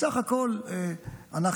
בסך הכול אנחנו,